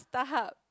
Starhub